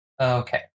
Okay